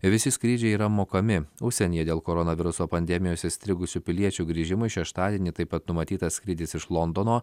visi skrydžiai yra mokami užsienyje dėl koronaviruso pandemijos įstrigusių piliečių grįžimui šeštadienį taip pat numatytas skrydis iš londono